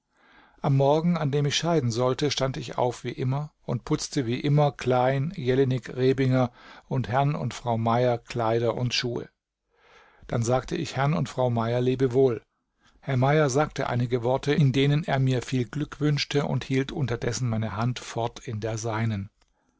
am morgen an dem ich scheiden sollte stand ich auf wie immer und putzte wie immer klein jelinek rebinger und herrn und frau mayer kleider und schuhe dann sagte ich herrn und frau mayer lebewohl herr mayer sagte einige worte in denen er mir viel glück wünschte und hielt unterdessen meine hand fort in der seinen